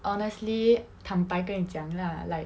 honestly 坦白跟妳讲 lah like